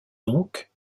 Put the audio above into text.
donc